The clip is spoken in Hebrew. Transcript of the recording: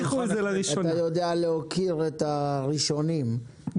אתה יודע להוקיר הראשונים,